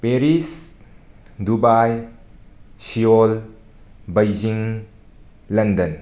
Paris Dubai Seoul Beijing London